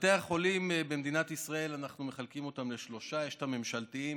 את בתי החולים במדינת ישראל אנחנו מחלקים לשלושה: יש את הממשלתיים,